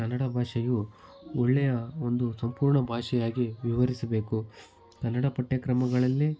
ಕನ್ನಡ ಭಾಷೆಯು ಒಳ್ಳೆಯ ಒಂದು ಸಂಪೂರ್ಣ ಭಾಷೆಯಾಗಿ ವಿವರಿಸಬೇಕು ಕನ್ನಡ ಪಠ್ಯಕ್ರಮಗಳಲ್ಲೇ